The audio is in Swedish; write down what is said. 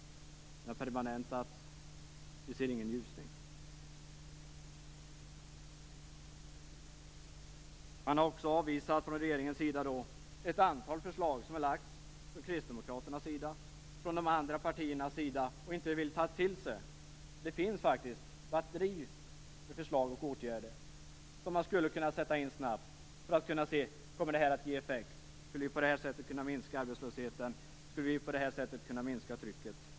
Den permanentas. Vi ser ingen ljusning. Regeringen har också avvisat ett antal förslag från Kristdemokraternas och de andra partiernas sida. Regeringen vill inte ta till sig. Det finns faktiskt ett batteri med förslag på åtgärder som skulle kunna sättas in snabbt. Då går det att se om det blir någon effekt, om arbetslösheten kan minskas och trycket på a-kassan kan minskas.